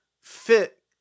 fit